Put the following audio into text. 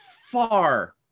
far